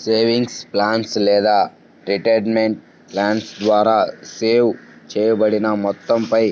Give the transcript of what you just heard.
savings plan లేదా retirement plan ద్వారా save చేయబడిన మొత్తంపై